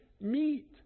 meet